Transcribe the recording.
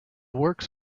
works